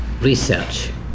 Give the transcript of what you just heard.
research